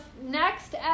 next